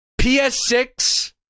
PS6